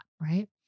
right